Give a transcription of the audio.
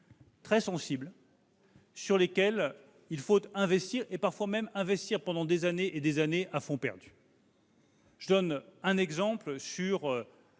très sensibles sur lesquelles il faut investir, parfois pendant des années et des années à fonds perdus. Je pense, par exemple,